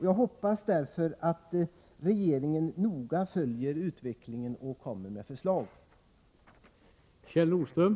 Jag hoppas därför att regeringen noga följer utvecklingen och lägger fram förslag.